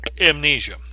amnesia